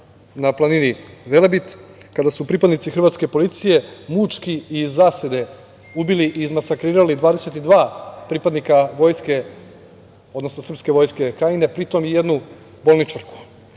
na planini Velebit kada su pripadnici hrvatske policije mučki i iz zasede ubili i izmasakrirali 22 pripadnika vojske, odnosno srpske vojske Krajine, pritom i jednu bolničarku.